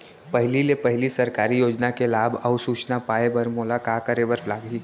पहिले ले पहिली सरकारी योजना के लाभ अऊ सूचना पाए बर मोला का करे बर लागही?